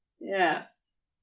yes